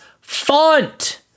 font